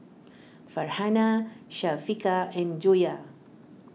Farhanah Syafiqah and Joyah